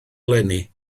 eleni